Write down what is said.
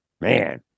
Man